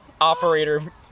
operator